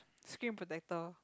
screen protector